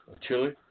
Chili